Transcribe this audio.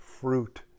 fruit